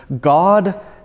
God